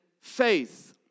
faith